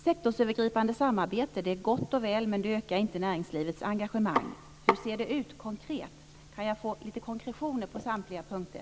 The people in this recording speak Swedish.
Sektorsövergripande samarbete är gott och väl men det ökar inte näringslivets engagemang. Hur ser det ut konkret? Kan jag alltså få lite konkretioner på samtliga punkter?